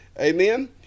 amen